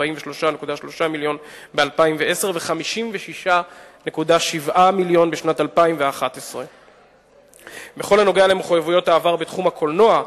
43.3 מיליון ב-2010 ו-56.7 מיליון בשנת 2011. בכל הנוגע למחויבויות העבר בתחום הקולנוע,